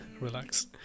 Relax